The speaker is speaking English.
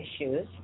issues